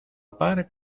par